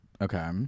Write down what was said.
Okay